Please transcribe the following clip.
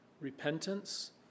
Repentance